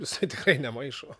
jisai tikrai nemaišo